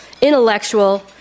intellectual